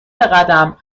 بقدم